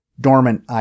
dormant